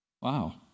Wow